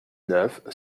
neuf